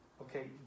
Okay